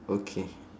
okay